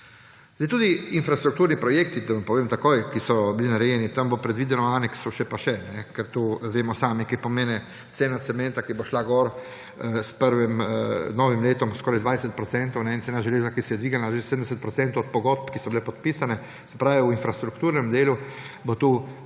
Tudi infrastrukturni projekti, da vam povem takoj, ki so bili narejeni, tam bo predvideno v aneksu še pa še. Ker vemo sami, kaj pomeni, cena cementa, ki bo šla gor z novim letom skoraj za 20 procentov, in cena železa, ki se je dvignila, že za 70 procentov pogodb, ki so bile podpisane, se pravi v infrastrukturnem delu, bodo